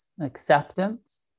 acceptance